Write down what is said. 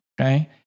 Okay